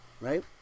right